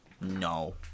No